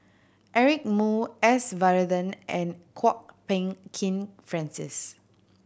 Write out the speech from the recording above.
Eric Moo S Varathan and Kwok Peng Kin Francis